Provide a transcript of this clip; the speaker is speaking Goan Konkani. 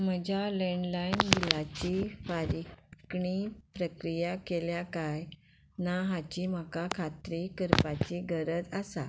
म्हज्या लेंडलायन बिलाची फारीकणी प्रक्रिया केल्या काय ना हाची म्हाका खात्री करपाची गरज आसा